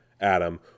Adam